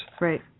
right